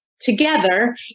together